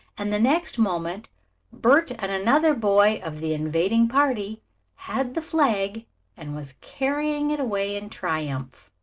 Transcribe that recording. and the next moment bert and another boy of the invading party had the flag and was carrying it away in triumph.